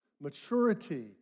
Maturity